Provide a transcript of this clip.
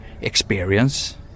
experience